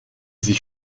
sich